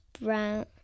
Brown